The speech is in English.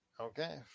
Okay